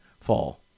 fall